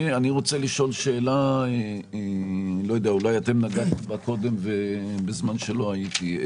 אני רוצה לשאול שאלה שאולי נגעתם בה קודם בזמן שלא הייתי.